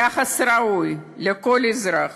יחס ראוי לכל אזרח,